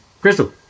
Crystal